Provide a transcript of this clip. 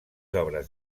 obres